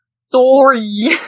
Sorry